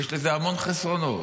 יש לזה המון חסרונות,